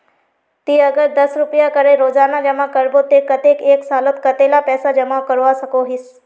ती अगर दस रुपया करे रोजाना जमा करबो ते कतेक एक सालोत कतेला पैसा जमा करवा सकोहिस?